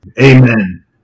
Amen